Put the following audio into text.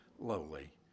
lowly